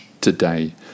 today